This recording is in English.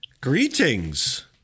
greetings